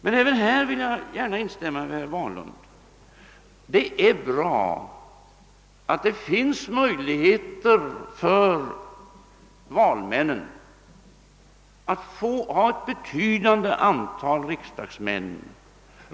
Men även härvidlag vill jag instämma med herr Wahlund: Det är bra att det finns möjligheter för valmännen att få in ett betydande antal riksdagsmän.